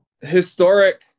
historic